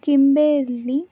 Kimberley